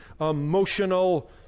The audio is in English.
Emotional